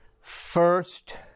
first